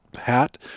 hat